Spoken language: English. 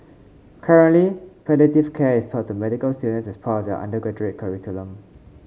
currently palliative care is taught to medical students as part of their undergraduate curriculum